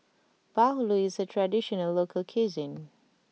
Bahulu is a traditional local cuisine